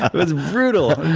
it was brutal.